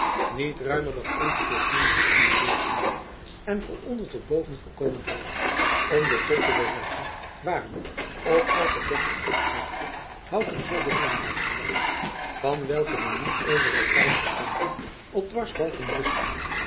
niet ruimer dan ongeveer tien voet in de doorsnede en van onder tot boven volkomen hol om den top te bereiken waren op elke dertig voet hoogte houten zolderingen bijgebracht van welke de niet overal veilige planken op dwarsbalken rustten